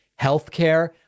healthcare